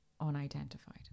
unidentified